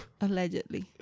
allegedly